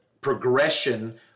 progression